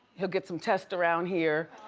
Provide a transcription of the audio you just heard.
he'll get some tests around here.